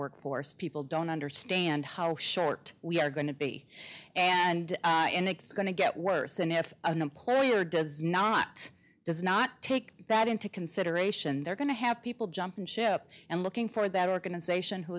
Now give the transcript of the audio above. workforce people don't understand how short we are going to be and and it's going to get worse and if an employer does not does not take that into consideration they're going to have people jumping ship and looking for that organization who